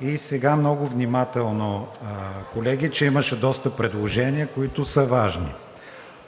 И сега много внимателно, колеги, че имаше доста предложения, които са важни.